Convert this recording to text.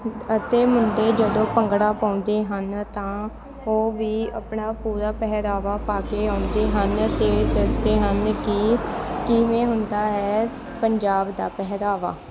ਅਤੇ ਮੁੰਡੇ ਜਦੋਂ ਭੰਗੜਾ ਪਾਉਂਦੇ ਹਨ ਤਾਂ ਉਹ ਵੀ ਆਪਣਾ ਪੂਰਾ ਪਹਿਰਾਵਾ ਪਾ ਕੇ ਆਉਂਦੇ ਹਨ ਅਤੇ ਦੱਸਦੇ ਹਨ ਕਿ ਕਿਵੇਂ ਹੁੰਦਾ ਹੈ ਪੰਜਾਬ ਦਾ ਪਹਿਰਾਵਾ